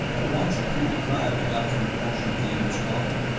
at once a panic cry went up from a portion of the english colony.